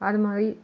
அது மாதிரி